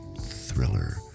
thriller